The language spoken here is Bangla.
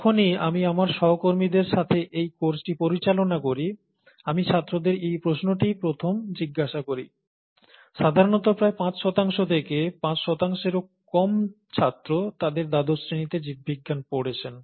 যখনই আমি আমার সহকর্মীদের সাথে এই কোর্সটি পরিচালনা করি আমি ছাত্রদের এই প্রশ্নটিই প্রথম জিজ্ঞাসা করি সাধারণত প্রায় 5 শতাংশ বা 5 শতাংশেরও কম ছাত্র তাদের দ্বাদশ শ্রেণিতে জীববিজ্ঞান পড়েছেন